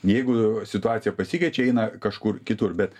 jeigu situacija pasikeičia eina kažkur kitur bet